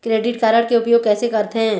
Credit card के उपयोग कैसे करथे?